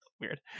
weird